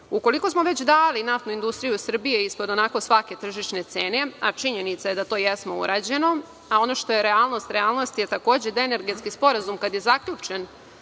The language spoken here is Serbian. Ukoliko smo već dali „NIS“ ispod onako svake tržišne cene, a činjenica je da to jeste urađeno, a ono što je realnost, realnost je takođe sa energetski sporazum kada je zaključen